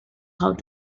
how